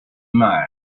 man